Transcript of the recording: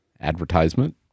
advertisement